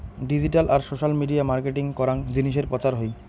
digital আর social media marketing করাং জিনিসের প্রচার হই